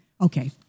okay